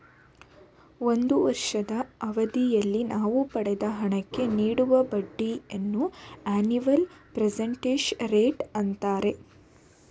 ಒಂದು ವರ್ಷದ ಅವಧಿಯಲ್ಲಿ ನಾವು ಪಡೆದ ಹಣಕ್ಕೆ ನೀಡುವ ಬಡ್ಡಿಯನ್ನು ಅನಿವಲ್ ಪರ್ಸೆಂಟೇಜ್ ರೇಟ್ ಅಂತಾರೆ